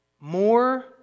More